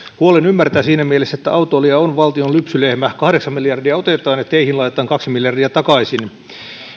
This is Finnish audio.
huolen ymmärtää siinä mielessä että autoilija on valtion lypsylehmä kahdeksan miljardia otetaan ja teihin laitetaan kaksi miljardia takaisin